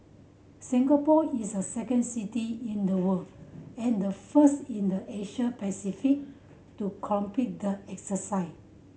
Singapore is a second city in the world and the first in the Asia Pacific to complete the exercise